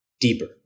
deeper